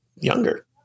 younger